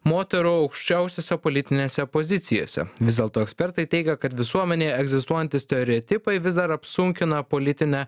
moterų aukščiausiose politinėse pozicijose vis dėlto ekspertai teigia kad visuomenėje egzistuojantys stereotipai vis dar apsunkina politinę